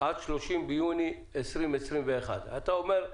עד 30 ביוני 2021. אתה אומר,